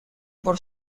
por